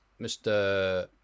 Mr